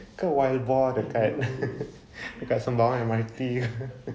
ke wild boar dekat dekat sembawang M_R_T